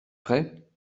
prêt